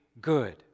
good